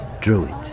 druids